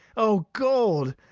o gold!